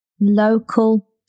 local